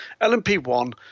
LMP1